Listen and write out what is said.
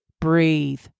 breathe